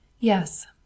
Yes